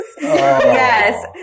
Yes